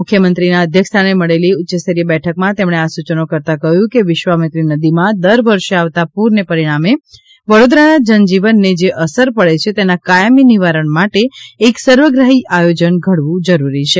મુખ્યમંત્રીશ્રીના અધ્યક્ષસ્થાને મળેલી ઉચ્યસ્તરીય બેઠકમાં તેમણે આ સૂચનો કરતાં કહ્યું કે વિશ્વામિત્રી નદીમાં દર વર્ષે આવતા પૂરને પરિણામે વડોદરાના જનજીવનને જે અસર પડે છે તેના કાયમી નિવારણ માટે એક સર્વગ્રાહી આયોજન ઘડવું જરૂરી છે